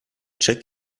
check